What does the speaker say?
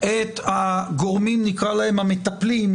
את הגורמים, נקרא להם המטפלים,